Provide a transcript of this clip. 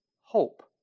Hope